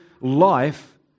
life